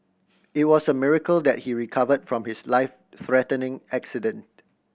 it was a miracle that he recovered from his life threatening accident